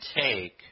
take